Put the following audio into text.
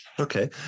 Okay